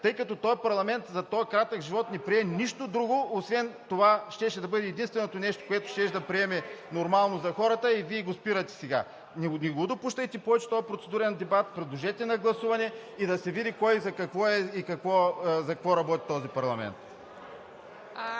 тъй като този парламент за този кратък живот не прие нищо друго освен това, което щеше да бъде единственото нещо, което щеше да приеме нормално за хората, и Вие сега го спирате. Не го допускайте повече този процедурен дебат, подложете на гласуване и да се види кой за какво е и за какво работи този парламент.